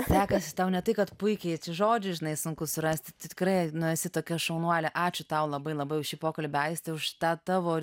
sekasi tau ne tai kad puikiai žodžių žinai sunku surasti tikrai esi tokia šaunuolė ačiū tau labai labai šį pokalbį aiste už tą tavo